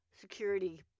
security